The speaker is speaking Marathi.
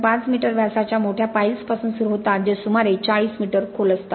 5 मीटर व्यासाच्या मोठ्या पाईल्स पासून सुरू होतात जे सुमारे 40 मीटर खोल असतात